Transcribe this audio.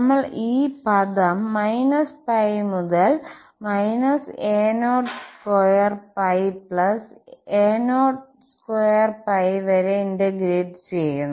നമ്മൾ ഈ പദം മുതൽ a02 a02 വരെ ഇന്റഗ്രേറ്റ് ചെയ്യുന്നു